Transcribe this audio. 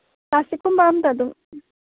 ꯄ꯭ꯂꯥꯁꯇꯤꯛꯀꯨꯝꯕ ꯑꯃꯗ ꯑꯗꯨꯝ